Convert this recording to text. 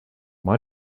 why